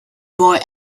boy